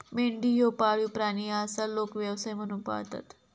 मेंढी ह्यो पाळीव प्राणी आसा, लोक व्यवसाय म्हणून पाळतत